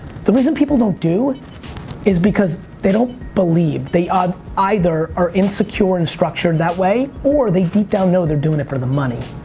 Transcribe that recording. the reason people don't do is because they don't believe. they either are insecure and structured that way or they deep down know they're doing it for the money.